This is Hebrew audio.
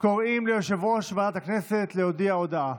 קוראים ליושב-ראש ועדת הכנסת להודיע הודעה.